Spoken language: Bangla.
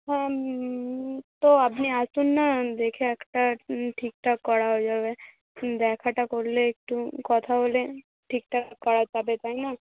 হ্যাঁ তো আপনি আসুন না দেখে একটা ঠিকঠাক করাও যাবে হুম দেখাটা করলে একটু কথা হলে ঠিকঠাক করা যাবে তাই না